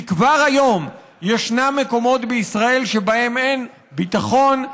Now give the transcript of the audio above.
כי כבר היום ישנם מקומות בישראל שבהם אין ביטחון,